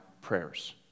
prayers